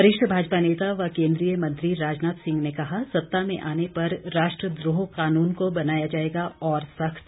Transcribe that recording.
वरिष्ठ भाजपा नेता व केंद्रीय मंत्री राजनाथ सिंह ने कहा सत्ता में आने पर राष्ट्रद्रोह कानून को बनाया जाएगा और सख्त